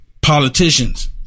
politicians